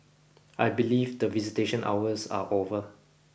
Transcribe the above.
I believe the visitation hours are over